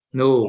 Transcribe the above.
no